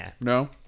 No